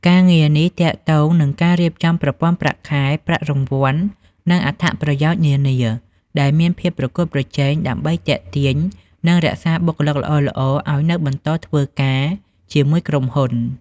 ការងារនេះទាក់ទងនឹងការរៀបចំប្រព័ន្ធប្រាក់ខែ ប្រាក់រង្វាន់ និងអត្ថប្រយោជន៍នានា ដែលមានភាពប្រកួតប្រជែង ដើម្បីទាក់ទាញ និងរក្សាបុគ្គលិកល្អៗឱ្យនៅបន្តធ្វើការជាមួយក្រុមហ៊ុន។